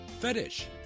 fetish